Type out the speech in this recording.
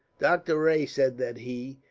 doctor rae said that he,